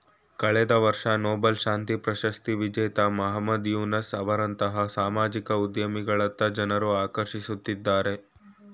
ಕಳೆದ ವರ್ಷ ನೊಬೆಲ್ ಶಾಂತಿ ಪ್ರಶಸ್ತಿ ವಿಜೇತ ಮಹಮ್ಮದ್ ಯೂನಸ್ ಅವರಂತಹ ಸಾಮಾಜಿಕ ಉದ್ಯಮಿಗಳತ್ತ ಜನ್ರು ಆಕರ್ಷಿತರಾಗಿದ್ದಾರೆ